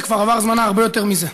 שכבר עבר זמנה בהרבה יותר מזה.